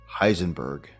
Heisenberg